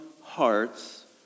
hearts